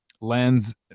lens